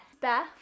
Beth